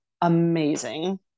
amazing